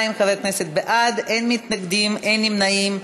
42 חברי כנסת בעד, אין מתנגדים, אין נמנעים.